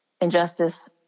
injustice